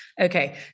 Okay